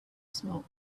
smoke